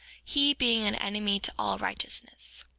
he being an enemy to all righteousness.